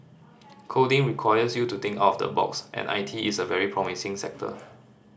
coding requires you to think of the box and I T is a very promising sector